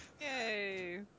Yay